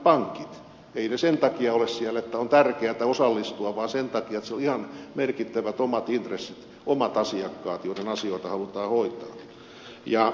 eivät ne sen takia ole siellä että on tärkeätä osallistua vaan sen takia että siellä on ihan merkittävät omat intressit omat asiakkaat joiden asioita halutaan hoitaa